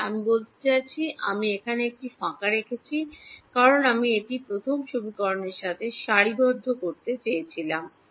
হ্যাঁ আমি বলতে চাইছি আমি এখানে একটি ফাঁকা রেখেছি কারণ আমি এটি প্রথম সমীকরণের সাথে সারিবদ্ধ করতে চেয়েছিলাম